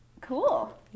cool